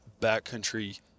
backcountry